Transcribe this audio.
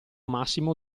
massimo